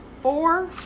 four